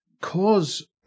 Cause